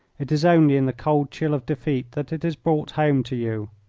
it is only in the cold chill of defeat that it is brought home to you.